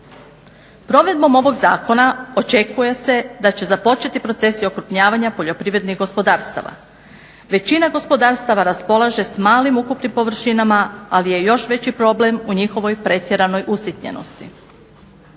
Provedbom ovog zakona očekuje se da će započeti procesi okrupnjavanja poljoprivrednih gospodarstava većina gospodarstava raspolaže sa malim ukupnim površinama, ali je još veći problem u njihovoj pretjeranoj usitnjenosti.